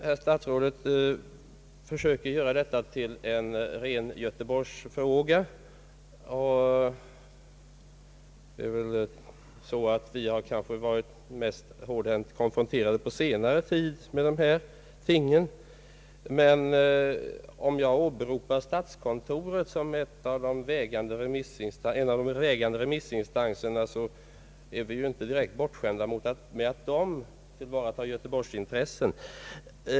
Herr statsrådet försöker att göra detta till en ren göteborgsfråga. Vi har på senare tid mest varit hårdhänt konfronterade med varandra om dessa ting, men om jag åberopar statskontoret som en av de mest vägande remissinstanserna så är vi inte direkt bortskämda med att det tillvaratar göteborgsintressena.